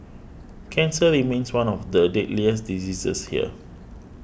cancer remains one of the deadliest diseases here